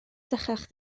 sychach